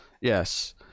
yes